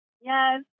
Yes